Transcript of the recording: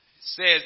says